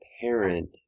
parent